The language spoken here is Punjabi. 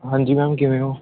ਹਾਂਜੀ ਮੈਮ ਕਿਵੇਂ ਹੋ